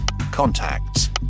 contacts